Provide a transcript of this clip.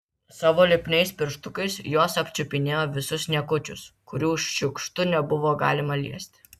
savo lipniais pirštukais jos apčiupinėjo visus niekučius kurių šiukštu nebuvo galima liesti